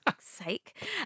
Sake